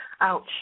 Ouch